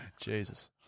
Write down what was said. Jesus